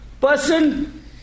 Person